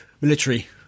military